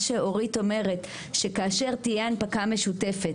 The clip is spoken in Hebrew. מה שאורית אומרת שכאשר תהיה הנפקה משותפת,